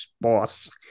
boss